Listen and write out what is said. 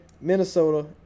Minnesota